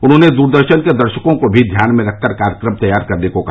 उन्होंने दूरदर्शन के दर्शकों को भी ध्यान में रखंकर कार्यक्रम तैयार करने को कहा